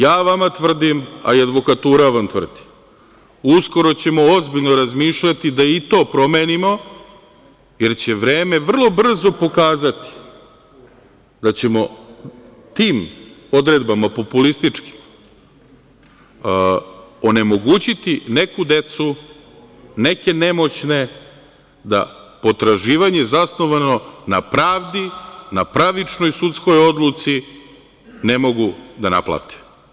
Ja vama tvrdim, a i advokatura vam tvrdi, uskoro ćemo ozbiljno razmišljati da i to promenimo, jer će vreme vrlo brzo pokazati da ćemo tim odredbama populističkim onemogućiti neku decu, neke nemoćne da potraživanje zasnovano na pravdi, na pravičnoj sudskoj odluci ne mogu da naplate.